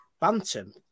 bantam